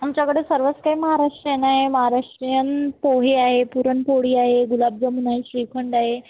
आमच्याकडे सर्वच काही महाराष्ट्रीयन आहे महाराष्ट्रीयन पोहे आहे पुरणपोळी आहे गुलाबजामून आहे श्रीखंड आहे